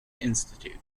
institute